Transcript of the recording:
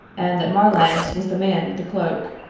and that marlanx was the man with the cloak.